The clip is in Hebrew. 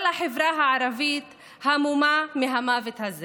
כל החברה הערבית המומה מהמוות הזה